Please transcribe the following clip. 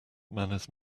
manners